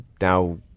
now